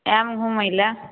आएब घुमैलए